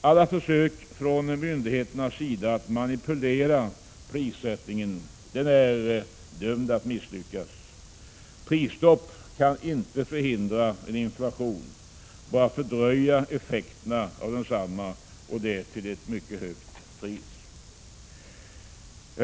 Alla försök från myndigheternas sida att manipulera prissättningen är dömda att misslyckas. Prisstopp kan inte förhindra en inflation, bara fördröja effekterna av densamma, och detta till ett högt pris.